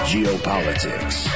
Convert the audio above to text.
Geopolitics